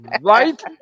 Right